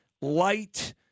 light